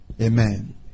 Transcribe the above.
Amen